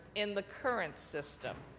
in the current system.